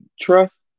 trust